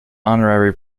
honorary